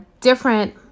different